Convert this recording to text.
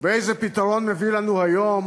ואיזה פתרון מביא לנו היום